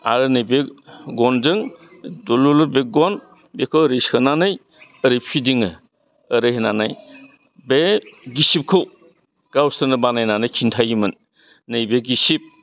आरो नैबे गनजों दुलुर लुर बे गन बेखौ ओरै सोनानै ओरै फिदिङो ओरै होन्नानै बे गिसिबखौ गावसोरनो बानायनानै खिन्थायोमोन नैबे गिसिब